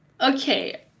okay